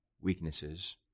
weaknesses